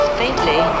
faintly